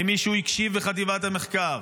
האם מישהו הקשיב בחטיבת המחקר?